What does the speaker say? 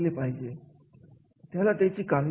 पुढचा मुद्दा म्हणजे मालकीहक्क